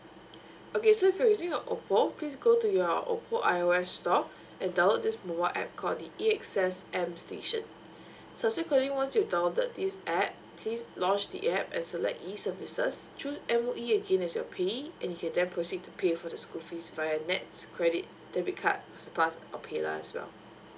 okay so if you're using your oppo please go to your oppo ios store and download this mobile app called the E access M station subsequently once you've downloaded this app please launch the app and select E services choose M_O_E again as your payee and you can then proceed to pay for the school fees via nets credit debitcard surplus or pay lah as well